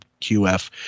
QF